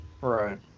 right